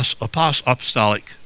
Apostolic